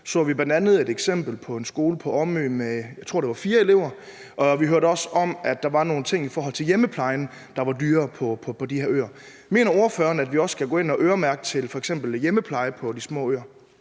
så vi bl.a. et eksempel på en skole på Omø med, tror jeg, fire elever, og vi hørte også om, at der var nogle ting i forhold til hjemmeplejen, der var dyrere på de her øer. Mener ordføreren, at vi også skal gå ind og øremærke midler til f.eks. hjemmepleje på de små øer?